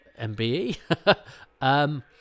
MBE